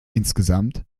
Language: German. insgesamt